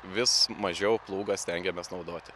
vis mažiau plūgą stengiamės naudoti